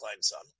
son